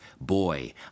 boy